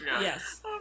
Yes